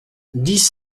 dix